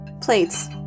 Plates